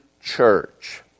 church